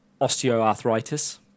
osteoarthritis